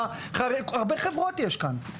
הרבה חברות יש כאן.